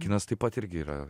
kinas taip pat irgi yra